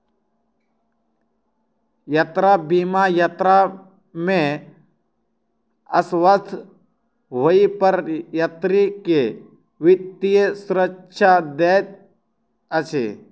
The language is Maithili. यात्रा बीमा यात्रा में अस्वस्थ होइ पर यात्री के वित्तीय सुरक्षा दैत अछि